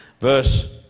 Verse